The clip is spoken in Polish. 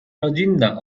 rodzinna